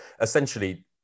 essentially